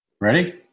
Ready